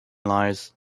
lies